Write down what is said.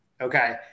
Okay